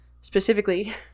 specifically